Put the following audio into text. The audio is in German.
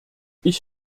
ich